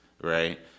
right